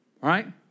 right